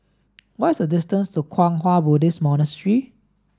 what is the distance to Kwang Hua Buddhist Monastery